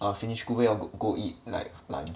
uh finish school where y'all go~ go eat like lunch